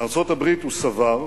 ארצות-הברית, הוא סבר,